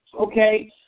okay